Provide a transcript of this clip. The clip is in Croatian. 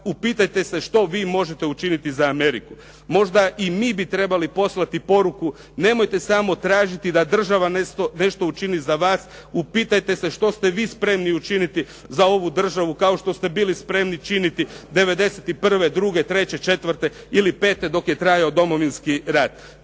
upitajte se što vi možete učiniti za Ameriku.". Možda i mi bi trebali poslati poruku "Nemojte samo tražiti da država nešto učini za vas, upitajte se što ste vi spremni učiniti za ovu državu kao što ste bili spremni činiti 91., 92., 93., 94. ili 95. dok je trajao Domovinski rat.".